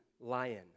lion